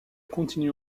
continue